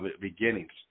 beginnings